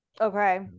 Okay